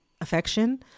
affection